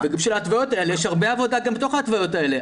יש הרבה עבודה גם בתוך ההתוויות האלה.